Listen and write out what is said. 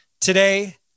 Today